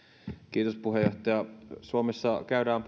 kiitos puheenjohtaja suomessa käydään